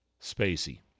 Spacey